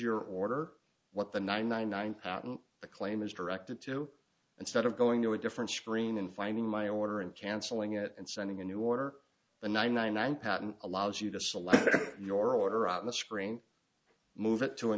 your order what the nine nine nine patent the claim is directed to instead of going to a different screen and finding my order and canceling it and sending a new order the ninety nine patent allows you to select your order on the screen move it to a